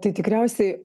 tai tikriausiai